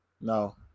No